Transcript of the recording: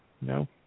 No